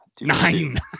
Nine